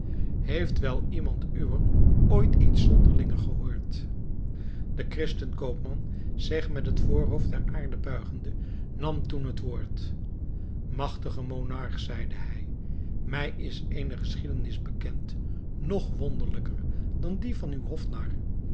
heeft wel iemand uwer ooit iets zonderlinger gehoord de christen koopman zich met het voorhoofd ter aarde buigende nam toen het woord magtige monarch zeide hij mij is eene geschiedenis bekend nog wonderlijker dan die van uw hofnar